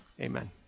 amen